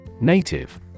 Native